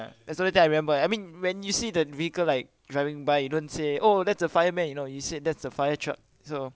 that's the only thing I remember I mean when you see the vehicle like driving by you don't say oh that's a fireman you know you said that's a fire truck so